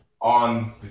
on